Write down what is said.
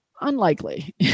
Unlikely